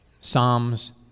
Psalms